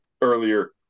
earlier